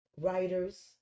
Writers